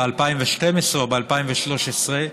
ב-2012 או ב-2013,